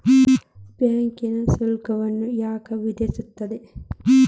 Bank ಶುಲ್ಕವನ್ನ ಯಾಕ್ ವಿಧಿಸ್ಸ್ತದ?